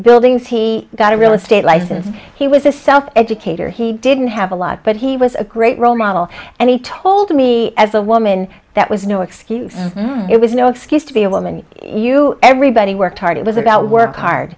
buildings he got a real estate license he was a self educator he didn't have a lot but he was a great role model and he told me as a woman that was no excuse it was a the excuse to be a woman you everybody worked hard it was about work